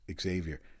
Xavier